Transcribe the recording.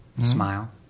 smile